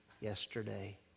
yesterday